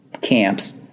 camps